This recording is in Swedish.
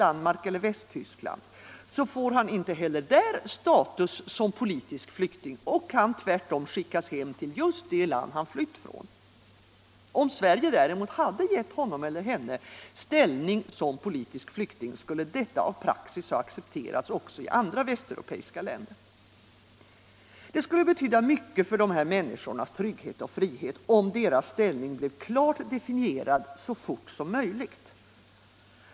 Danmark eller Västtyskland, får han inte heller där status som politisk flykting och kan skickas hem till just det land han har flytt ifrån. Om Sverige däremot hade gett honom eller henne ställning som politisk flykting, skulle detta av praxis ha accepterats också i andra västeuropeiska länder. Det skulle betyda mycket för dessa människors trygghet och frihet, om deras ställning blev klart definierad så fort som möjligt.